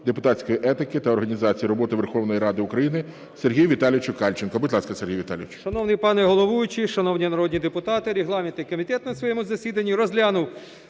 депутатської етики та організації роботи Верховної Ради України Сергію Віталійовичу Кальченку. Будь ласка, Сергій Віталійович.